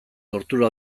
tortura